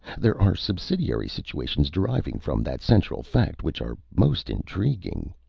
there are subsidiary situations deriving from that central fact which are most intriguing.